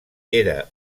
era